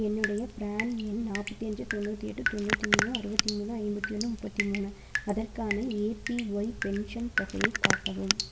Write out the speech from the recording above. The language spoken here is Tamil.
என்னுடைய ப்ரான் எண் நாற்பத்தஞ்சு தொண்ணூத்தூ எட்டு தொண்ணுற்றி மூணு அறுபத்தி மூணு ஐம்பத்து ஒன்று முப்பத்து மூணு அதற்கான ஏபிஒய் பென்ஷன் தொகையைக் காட்டவும்